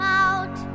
out